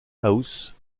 house